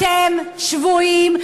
אתם שבויים,